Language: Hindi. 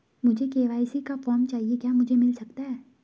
मुझे के.वाई.सी का फॉर्म चाहिए क्या मुझे मिल सकता है?